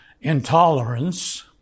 intolerance